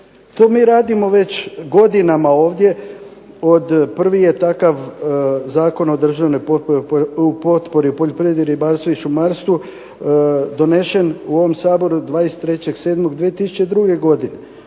To mi radimo već godinama ovdje. Prvi je takav Zakon o državnim potporama u poljoprivredi, ribarstvu i šumarstvu donesen u ovom Saboru 23.7.2002. godine.